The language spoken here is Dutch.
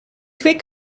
kwik